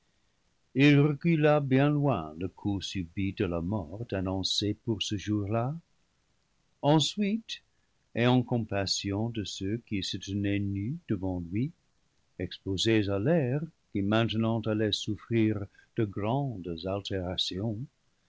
recula bien loin le coup subit de la mort annoncée pour ce jour-là ensuite ayant compassion de ceux qui se tenaient nus devant lui exposés à l'air qui maintenant allait souffrir de grandes altérations